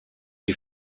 die